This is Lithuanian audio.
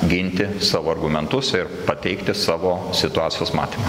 ginti savo argumentus ir pateikti savo situacijos matymą